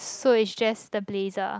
so is just the blazer